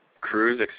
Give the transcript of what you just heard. cruise